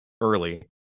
early